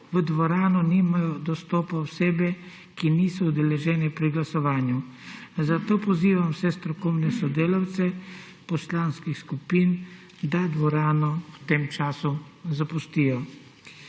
v dvorano nimajo dostopa osebe, ki niso udeležene pri glasovanju. Zato pozivam vse strokovne sodelavce poslanskih skupin, da dvorano v tem času zapustijo.